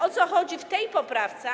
O co chodzi w tej poprawce?